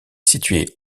située